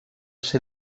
ser